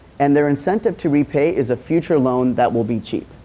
and there incentive to repay is a future loan that will be cheap.